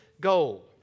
goal